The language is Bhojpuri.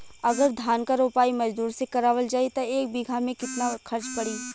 अगर धान क रोपाई मजदूर से करावल जाई त एक बिघा में कितना खर्च पड़ी?